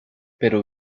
pero